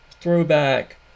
Throwback